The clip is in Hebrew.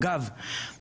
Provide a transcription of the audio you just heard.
אגב,